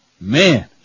Man